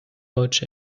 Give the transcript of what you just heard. deutsch